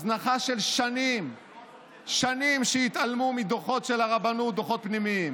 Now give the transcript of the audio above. שנים שהתעלמו מדוחות פנימיים